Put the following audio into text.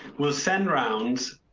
will send rounds.